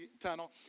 tunnel